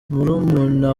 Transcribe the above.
murumuna